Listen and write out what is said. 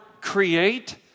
create